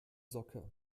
socke